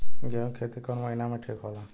गेहूं के खेती कौन महीना में ठीक होला?